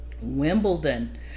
Wimbledon